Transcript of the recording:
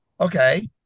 Okay